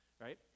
right